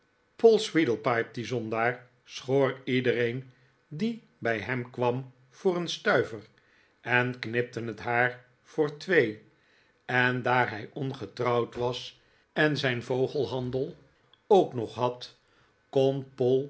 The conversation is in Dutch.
poll sweedlepipe die zondaar schoor iedereen die bij hem kwam voor een stuiver en knipte het haar voor twee en daar hij ongetrouwd was en zijn vogelhandel ook nog had